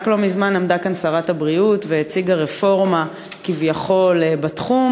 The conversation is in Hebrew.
רק לא מזמן עמדה כאן שרת הבריאות והציגה רפורמה כביכול בתחום.